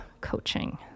coaching